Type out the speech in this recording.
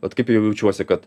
vat kaip jau jaučiuosi kad